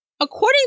According